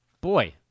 boy